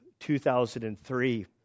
2003